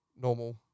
normal